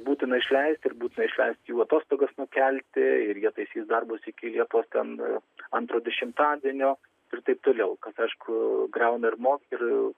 būtina išleisti ir būtina išleisti jų atostogas nukelti ir jie taisys darbus iki liepos ten antro dešimtadienio ir taip toliau kas aišku griauna ir mokytojų